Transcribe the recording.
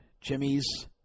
Jimmy's